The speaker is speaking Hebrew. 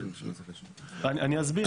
אני אגיד לך,